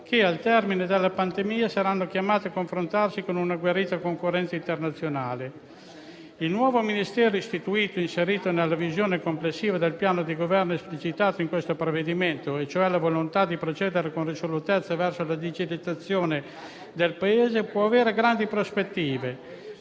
che, al termine della pandemia, saranno chiamate a confrontarsi con un'agguerrita concorrenza internazionale. Il nuovo Ministero, che è inserito nella visione complessiva del piano di Governo esplicitata in questo provvedimento, cioè nella volontà di procedere con risolutezza verso la digitalizzazione del Paese, può avere grandi prospettive.